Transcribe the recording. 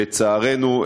לצערנו,